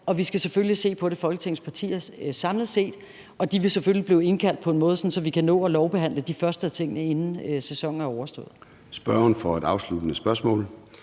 og vi skal selvfølgelig se på det med Folketingets partier samlet set, og de vil selvfølgelig blive indkaldt på en måde, sådan at vi kan nå at lovbehandle de første af tingene, inden sæsonen er overstået. Kl. 13:21 Formanden (Søren